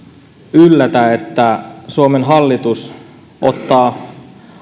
yllätä että suomen hallitus ottaa